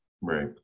Right